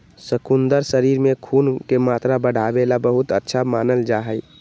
शकुन्दर शरीर में खून के मात्रा बढ़ावे ला बहुत अच्छा मानल जाहई